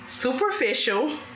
Superficial